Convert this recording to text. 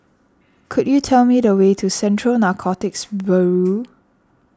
could you tell me the way to Central Narcotics Bureau